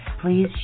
please